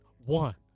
one